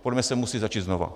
Podle mě se musí začít znova.